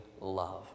love